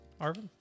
Arvin